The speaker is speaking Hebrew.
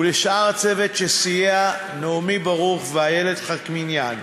ולשאר הצוות שסייע: נעמי ברוך ואיילת חאקמיאן,